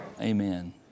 Amen